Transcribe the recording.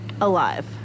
alive